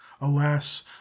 alas